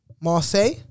Marseille